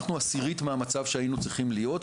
אנחנו עשירית מהמצב שבו היינו צריכים להיות.